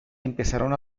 empezaron